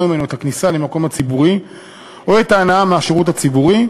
ממנו את הכניסה למקום הציבורי או את ההנאה מהשירות הציבורי,